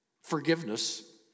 forgiveness